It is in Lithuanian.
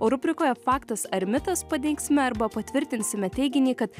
o rubrikoje faktas ar mitas paneigsime arba patvirtinsime teiginį kad